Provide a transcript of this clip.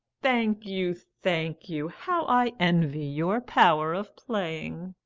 thank you. thank you. how i envy your power of playing!